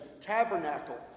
tabernacle